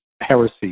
heresy